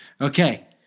Okay